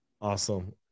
awesome